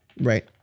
right